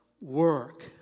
work